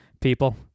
people